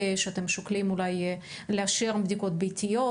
שאתם שוקלים אולי לאשר בדיקות ביתיות.